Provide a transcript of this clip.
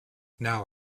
now